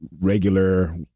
regular